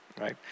right